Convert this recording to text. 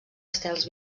estels